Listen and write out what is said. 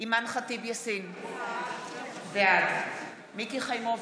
אימאן ח'טיב יאסין, בעד מיקי חיימוביץ'